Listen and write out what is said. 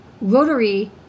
rotary